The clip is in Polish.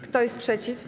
Kto jest przeciw?